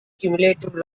cumulative